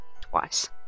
twice